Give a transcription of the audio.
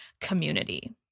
community